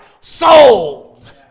sold